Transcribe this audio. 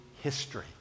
history